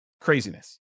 craziness